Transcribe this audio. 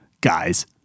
guys